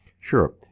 Sure